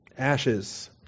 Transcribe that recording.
ashes